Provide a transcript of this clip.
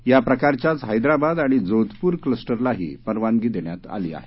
याप्रकारच्याच हैद्राबाद आणि जोधपूर क्लस्टरलाही परवानगी देण्यात आली आहे